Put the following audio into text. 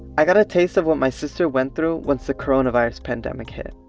i got a taste of what my sister went through once the coronavirus pandemic hit.